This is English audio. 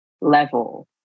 level